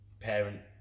Parent